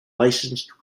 licensed